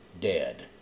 dead